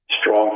strong